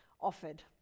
offered